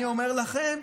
אני אומר לכם,